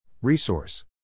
Resource